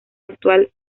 actual